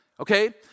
okay